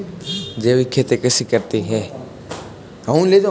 जैविक खेती कैसे करते हैं?